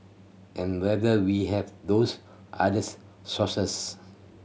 and whether we have those others sources